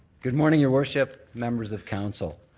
good morning, your worship, members of council.